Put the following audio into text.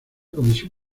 comisión